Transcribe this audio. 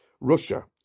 Russia